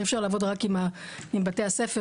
אי אפשר לעבוד רק עם בתי הספר.